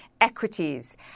equities